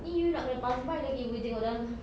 ini you nak kena pass by lagi boleh tengok dalam